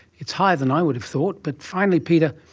it's higher than i would have thought. but finally, peter,